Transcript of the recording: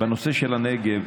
בנושא של הנגב,